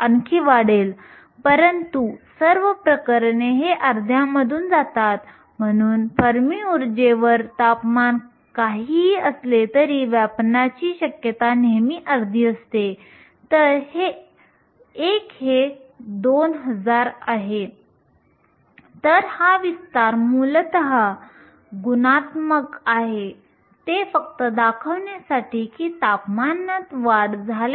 आंतरिक वाहक प्रमाणाचे वर्ग आहे जे Nc Nvexp⁡kT आहे आणि नंतर वर्गमूळ घेतल्याने आपल्याला ni NcNvexp⁡2kT मिळते ही वाहक एकाग्रतेसाठी अभिव्यक्ती आहे